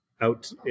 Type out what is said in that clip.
out